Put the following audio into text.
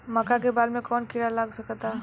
मका के बाल में कवन किड़ा लाग सकता?